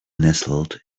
nestled